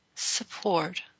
support